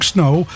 Snow